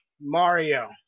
Mario